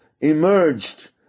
emerged